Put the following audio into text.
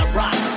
rock